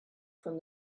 from